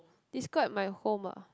describe my home ah